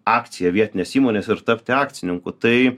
akciją vietinės įmonės ir tapti akcininku tai